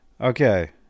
Okay